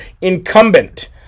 incumbent